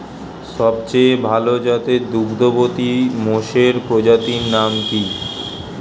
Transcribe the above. সবচেয়ে ভাল জাতের দুগ্ধবতী মোষের প্রজাতির নাম কি?